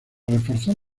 reforzar